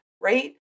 right